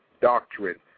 doctrine